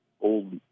Old